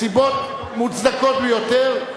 מסיבות מוצדקות ביותר.